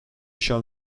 shall